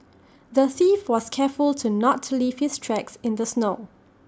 the thief was careful to not leave his tracks in the snow